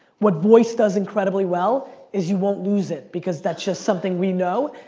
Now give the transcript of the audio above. what voice does incredibly well is you won't lose it because that's just something we know.